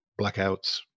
blackouts